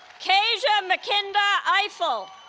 kasia mckinda i mean